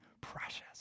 precious